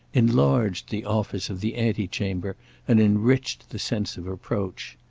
enlarged the office of the antechamber and enriched the sense of approach.